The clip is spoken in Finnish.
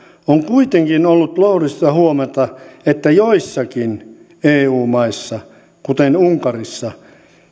on kuitenkin ollut lohdullista huomata että joissakin eu maissa kuten unkarissa